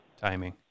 timing